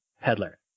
peddler